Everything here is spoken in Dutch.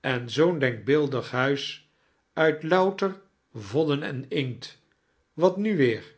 en zoo'n demkbeeldig huis uit louter vodden en inkt wat nu weer